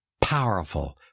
powerful